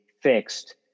fixed